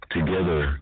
Together